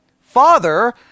father